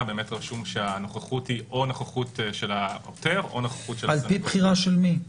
רשום שהנוכחות היא או של העותר או של - לפי בחירה שלו.